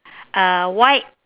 uh white